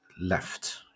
left